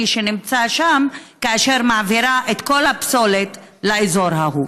שנמצא שם כאשר היא מעבירה את כל הפסולת לאזור ההוא?